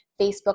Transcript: Facebook